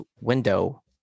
window